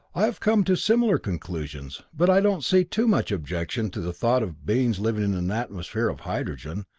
i have come to similar conclusions. but i don't see too much objection to the thought of beings living in an atmosphere of hydrogen.